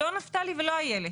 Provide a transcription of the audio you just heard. לא נפתלי ולא איילת.